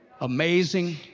Amazing